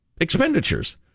expenditures